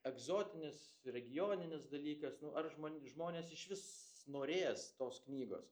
egzotinis regioninis dalykas nu ar žmon žmonės išvis norės tos knygos